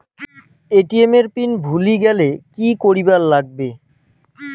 ATM এর pin ভুলি গেলে কি করিবার লাগবে?